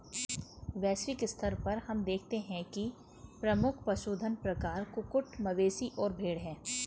वैश्विक स्तर पर हम देखते हैं कि प्रमुख पशुधन प्रकार कुक्कुट, मवेशी और भेड़ हैं